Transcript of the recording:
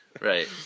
Right